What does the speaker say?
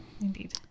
indeed